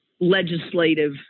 legislative